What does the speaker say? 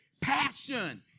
passion